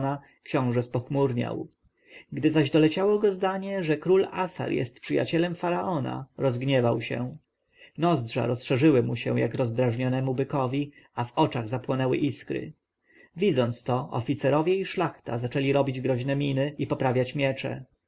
książę spochmurniał gdy zaś doleciało go zdanie że król assar jest przyjacielem faraona rozgniewał się nozdrza rozszerzyły mu się jak rozdrażnionemu bykowi a w oczach zapłonęły iskry widząc to oficerowie i szlachta zaczęli robić groźne miny i poprawiać miecze